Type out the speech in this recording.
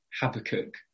Habakkuk